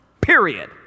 period